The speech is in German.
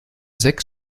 sechs